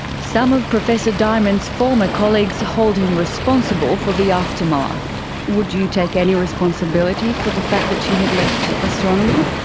some of professor diamond's former colleagues hold him responsible for the aftermath. would you take any responsibility for the fact that she had left astronomy?